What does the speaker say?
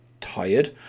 Tired